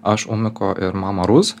aš umiko ir mama rus